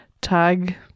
tag